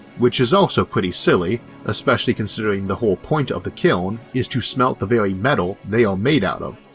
which is also pretty silly especially considering the whole point of the kiln is to smelt the very metal they are made out of,